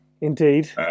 Indeed